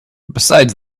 besides